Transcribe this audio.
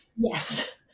Yes